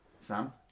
Sam